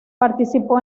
participó